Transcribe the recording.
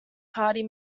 party